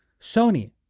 Sony